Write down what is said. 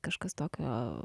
kažkas tokio